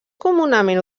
comunament